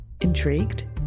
Intrigued